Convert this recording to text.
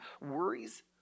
worries